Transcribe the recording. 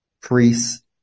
priests